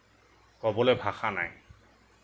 ক'বলৈ ভাষা নাই